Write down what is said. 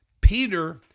Peter